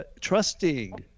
trusting